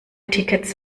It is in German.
tickets